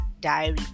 Diary